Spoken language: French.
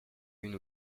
une